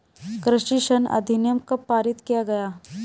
कृषि ऋण अधिनियम कब पारित किया गया?